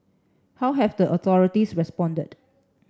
how have the authorities responded